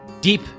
Deep